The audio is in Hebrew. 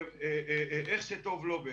איך שטוב לו.